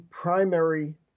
primary